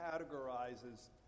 categorizes